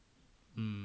mm